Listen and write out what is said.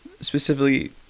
Specifically